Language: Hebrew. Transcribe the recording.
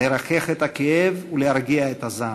לרכך את הכאב ולהרגיע את הזעם.